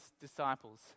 disciples